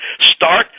start